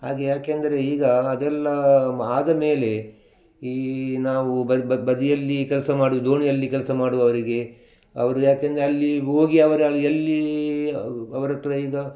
ಹಾಗೆ ಯಾಕೆಂದರೆ ಈಗ ಅದೆಲ್ಲ ಆದ ಮೇಲೆ ಈ ನಾವು ಬದಿಯಲ್ಲಿ ಕೆಲಸ ಮಾಡುವ ದೋಣಿಯಲ್ಲಿ ಕೆಲಸ ಮಾಡುವವರಿಗೆ ಅವರು ಯಾಕೆಂದರೆ ಅಲ್ಲಿ ಹೋಗಿ ಅವರ ಅಲ್ಲಿ ಎಲ್ಲಿ ಅವರ ಹತ್ರ ಈಗ